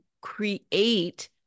create